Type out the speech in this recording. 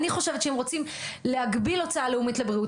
אני חושבת שאם רוצים להגביל הוצאה לאומית לבריאות,